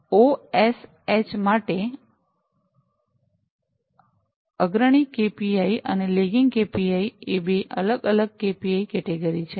OSH માટે અગ્રણી KPI અને લેગિંગ કેપીઆઈએ બે અલગ અલગ કેપીઆઇ કેટેગરી છે